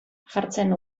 jartzen